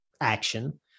action